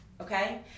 Okay